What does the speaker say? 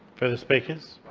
further speakers?